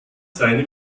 seine